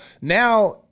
now